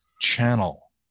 channel